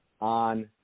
on